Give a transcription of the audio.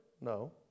No